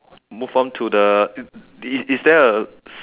move on to the is is there a